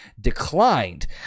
declined